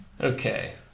Okay